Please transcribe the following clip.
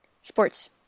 sports